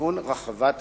לכיוון רחבת הכותל.